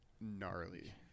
gnarly